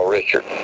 Richard